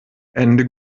ende